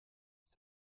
ist